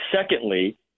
secondly